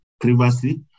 privacy